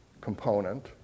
component